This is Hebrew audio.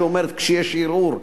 שאומרת שכשיש ערעור,